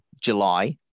July